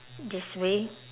this way